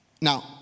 Now